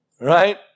Right